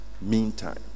meantime